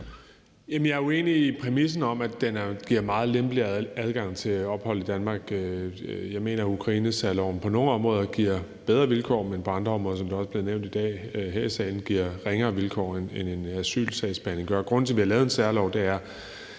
jeg er uenig i præmissen om, at den giver meget lempelig adgang til ophold i Danmark. Jeg mener, at ukrainersærloven på nogle områder giver bedre vilkår, men at den på andre områder, som det også er blevet nævnt i dag her i salen, giver ringere vilkår, end en asylsagsbehandling gør. Grunden til, at vi har lavet en særlov, er,